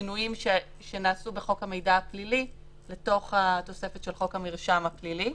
השינויים שנעשו בחוק המידע הפלילי לתוך התוספת של חוק המרשם הפלילי.